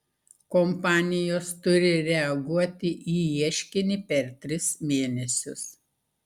kompanijos turi reaguoti į ieškinį per tris mėnesius